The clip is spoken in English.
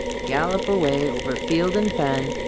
gallop away over field and fen,